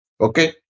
Okay